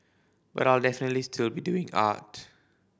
but I'll definitely still be doing art